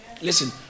Listen